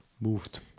moved